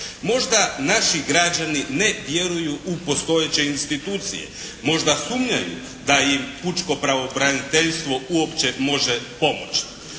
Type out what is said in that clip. Možda naši građani ne vjeruju u postojeće institucije. Možda sumnjaju da im pučko pravobraniteljstvo uopće može pomoći.